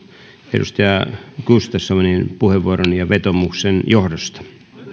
edustaja gustafssonin puheenvuoron ja vetoomuksen johdosta